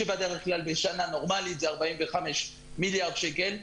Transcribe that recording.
שבדרך כלל בשנה נורמלית זה 45 מיליארד שקל.